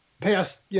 past